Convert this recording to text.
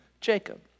Jacob